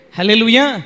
Hallelujah